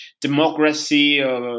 democracy